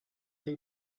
they